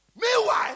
Meanwhile